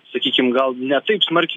sakykim gal ne taip smarkiai